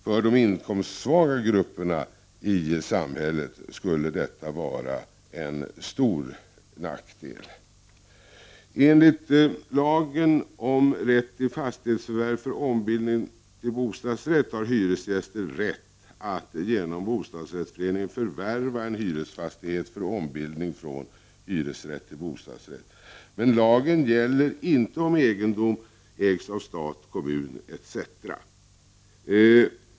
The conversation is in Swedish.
För de inkomstsvaga grupperna i samhället skulle detta vara en stor nackdel. Enligt lagen om rätt till fastighetsförvärv för ombildning till bostadsrätt har hyresgäster rätt att genom bostadsrättsföreningen förvärva en hyresfastighet för ombildning från hyresrätt till bostadsrätt. Men lagen gäller inte om egendomen ägs av stat, kommun etc.